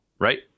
right